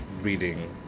reading